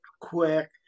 quick